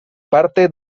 parte